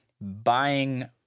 buying